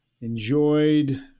enjoyed